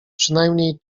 przynajmniej